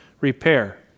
repair